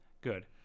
good